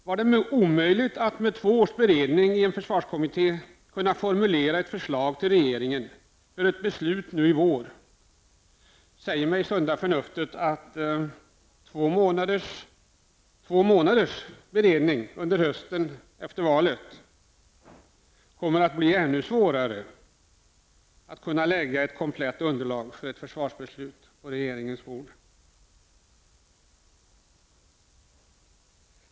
Var det omöjligt att efter två års beredning i försvarskommittén kunna formulera ett förslag till regeringen för ett beslut nu i vår, säger mig sunda förnuftet att det med två månaders beredning under hösten efter valet kommer att vara ännu svårare att lägga fram ett komplett underlag för ett försvarsbeslut på regeringens bord.